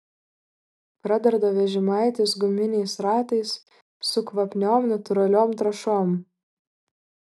pradarda vežimaitis guminiais ratais su kvapniom natūraliom trąšom